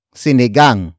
sinigang